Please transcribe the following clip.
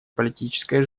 политической